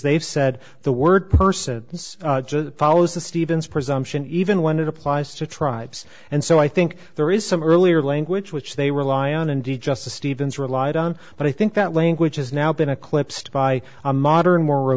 they've said the word person just follows the stevens presumption even when it applies to tribes and so i think there is some earlier language which they rely on indeed justice stevens relied on but i think that language has now been eclipsed by a modern